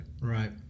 Right